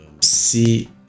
see